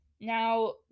now